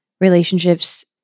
relationships